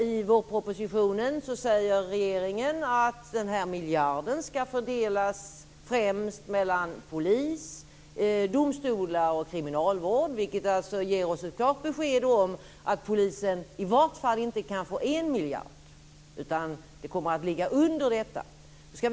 I vårpropositionen säger regeringen att den här miljarden ska fördelas främst mellan polis, domstolar och kriminalvård. Det ger oss ett klart besked om att polisen i varje fall inte kan få en miljard. Det kommer att ligga under detta.